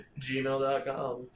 gmail.com